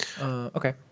okay